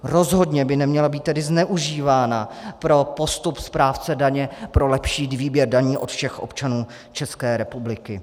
Rozhodně by neměla být tedy zneužívána pro postup správce daně pro lepší výběr daní od všech občanů České republiky.